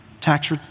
tax